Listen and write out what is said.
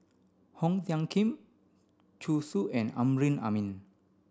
Ong Tiong Khiam Zhu Xu and Amrin Amin